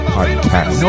Podcast